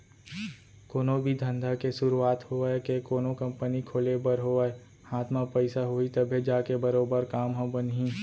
कोनो भी धंधा के सुरूवात होवय के कोनो कंपनी खोले बर होवय हाथ म पइसा होही तभे जाके बरोबर काम ह बनही